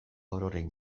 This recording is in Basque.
ororen